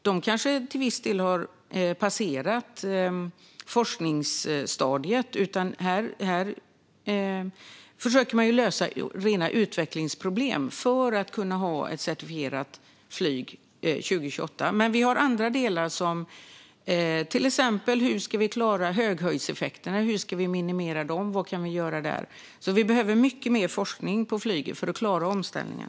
De kanske till viss del har passerat forskningsstadiet - här försöker man att lösa rena utvecklingsproblem för att kunna ha ett certifierat flyg 2028. Det finns även andra delar, till exempel hur vi ska klara - eller minimera - höghöjdseffekterna. Vad kan vi göra där? Vi behöver mycket mer forskning när det gäller flyget för att klara omställningen.